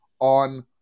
on